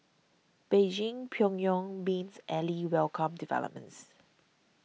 Beijing Pyongyang's mains ally welcomed developments